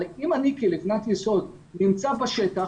אם אני כלבנת יסוד נמצא בשטח,